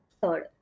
Third